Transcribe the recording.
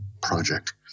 project